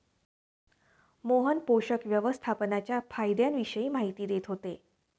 मोहन पोषक व्यवस्थापनाच्या फायद्यांविषयी माहिती देत होते